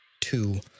two